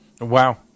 Wow